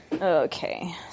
okay